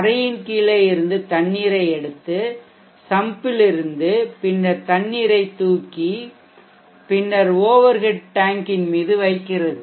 தரையின் கீழே இருந்து தண்ணீரை எடுத்து சம்ப்பிலிருந்து பின்னர் தண்ணீரைத் தூக்கி பின்னர் ஓவர் ஹெட் டேன்க்கின் மீது வைக்கிறது